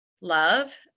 love